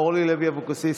אורלי לוי אבקסיס,